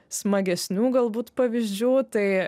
smagesnių galbūt pavyzdžių tai